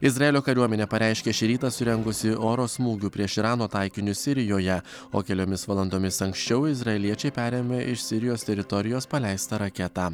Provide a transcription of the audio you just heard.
izraelio kariuomenė pareiškė šį rytą surengusi oro smūgių prieš irano taikinius sirijoje o keliomis valandomis anksčiau izraeliečiai perėmė iš sirijos teritorijos paleistą raketą